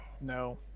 No